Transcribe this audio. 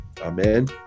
Amen